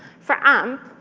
for amp,